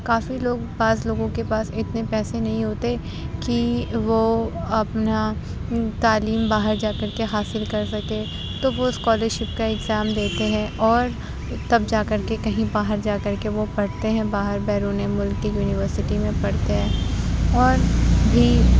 کافی لوگ بعض لوگوں کے پاس اتنے پیسے نہیں ہوتے کہ وہ اپنا تعلیم باہر جا کر کے حاصل کر سکے تو وہ اسکالر شپ کا ایگزام دیتے ہیں اور تب جا کر کے کہیں باہر جا کر کے وہ پڑھتے ہیں باہر بیرونی مُلک کی یونیورسٹی میں پڑھتے ہیں اور بھی